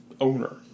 owner